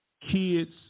kids